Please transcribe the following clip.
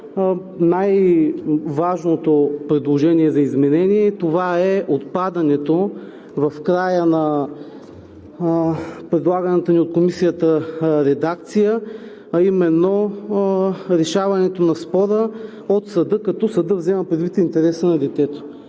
най-важното предложение за изменение е отпадането в края на предлаганата ни от Комисията редакция, а именно решаването на спора от съда, като съдът взема предвид интереса на детето.